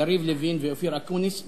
יריב לוין ואופיר אקוניס.